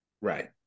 right